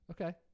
okay